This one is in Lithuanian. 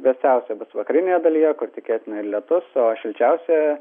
vėsiausia bus vakarinėje dalyje kur tikėtina ir lietus o šilčiausia